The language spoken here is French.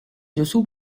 dessous